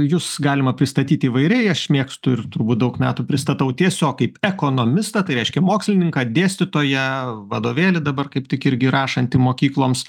jus galima pristatyt įvairiai aš mėgstu ir turbūt daug metų pristatau tiesiog kaip ekonomistą tai reiškia mokslininką dėstytoją vadovėlį dabar kaip tik irgi rašantį mokykloms